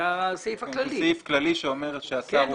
זה סעיף כללי שאומר שהשר הוא אחראי.